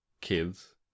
kids